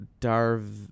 Darv